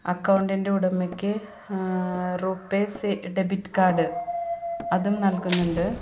അക്കൗണ്ടിൻ്റെ ഉടമയ്ക്ക് റുപ്പേ സ് ഡെബിറ്റ് കാർഡ് അതും നൽകുന്നുണ്ട്